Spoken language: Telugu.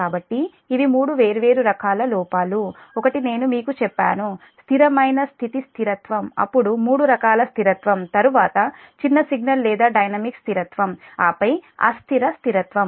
కాబట్టి ఇవి మూడు వేర్వేరు రకాల లోపాలు ఒకటి నేను మీకు చెప్పాను స్థిరమైన స్థితి స్థిరత్వం అప్పుడు 3 రకాల స్థిరత్వం తరువాత చిన్న సిగ్నల్ లేదా డైనమిక్ స్థిరత్వం ఆపై అస్థిర స్థిరత్వం